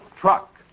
truck